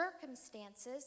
circumstances